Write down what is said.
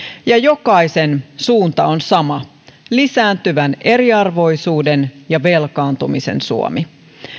ja jokaisen suunta on sama lisääntyvän eriarvoisuuden ja velkaantumisen suomi